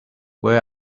where